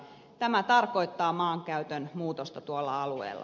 tämä tarkoittaa maankäytön muutosta tuolla alueella